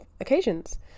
occasions